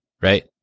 right